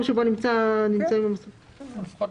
לפחות,